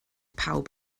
pawb